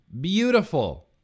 Beautiful